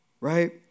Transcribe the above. right